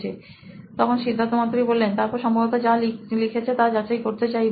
সিদ্ধার্থ মাতু রি সি ই ও নোইন ইলেক্ট্রনিক্স তারপর সম্ভবত যা লিখেছে তা যাচাই করতে চাইবে